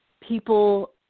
people